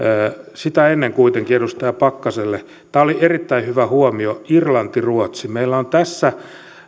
sitä ennen kuitenkin edustaja pakkaselle tämä oli erittäin hyvä huomio irlanti ja ruotsi meillä on tässä